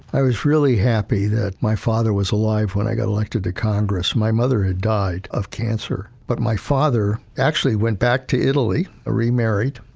i was really happy that my father was alive when i got elected to congress. my mother had died of cancer, but my father actually went back to italy, remarried,